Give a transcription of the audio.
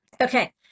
Okay